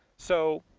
so,